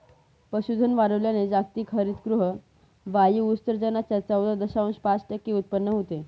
पशुधन वाढवल्याने जागतिक हरितगृह वायू उत्सर्जनाच्या चौदा दशांश पाच टक्के उत्पन्न होते